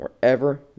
wherever